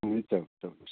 हुन्छ हुन्छ